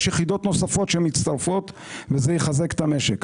יש יחידות נוספות שמצטרפות, וזה יחזק את המשק.